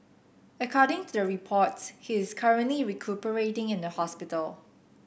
according to the reports he is currently recuperating in the hospital